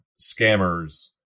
scammers